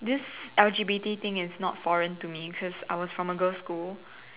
this L_G_B_T thing is not foreign to me because I was from a girls' school